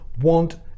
want